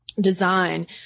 design